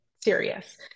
serious